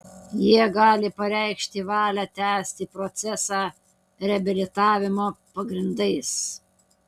jie gali pareikšti valią tęsti procesą reabilitavimo pagrindais